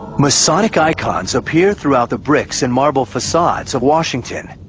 masonic icons appear throughout the bricks and marble facades of washington.